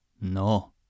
No